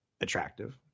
attractive